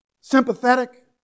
sympathetic